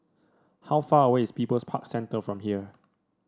how far away is People's Park Centre from here